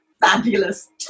fabulous